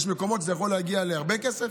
יש מקומות שזה יכול להגיע להרבה כסף.